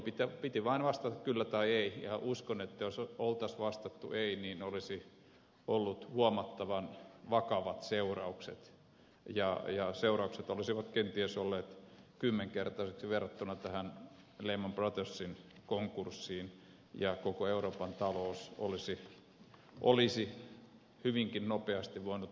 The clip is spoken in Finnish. eli piti vain vastata kyllä tai ei ja uskon että jos olisi vastattu ei niin olisi ollut huomattavan vakavat seuraukset ja seuraukset olisivat kenties olleet kymmenkertaiset verrattuna tähän lehman brothersin konkurssiin ja koko euroopan talous olisi hyvinkin nopeasti voinut romahtaa